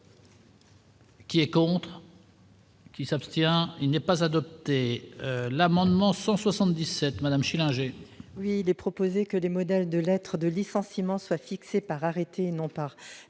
Qui est corrompu. Qui s'abstient, il n'est pas adopté l'amendement 177 Madame Schillinger. Oui, il est proposé que des modèles de lettres-de licenciements soient fixées par arrêté non par